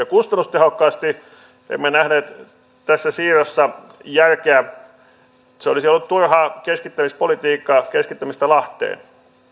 kustannustehokkaasti emme nähneet tässä siirrossa järkeä se olisi ollut turhaa keskittämispolitiikkaa keskittämistä lahteen